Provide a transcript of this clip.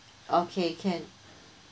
okay can